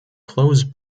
close